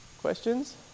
Questions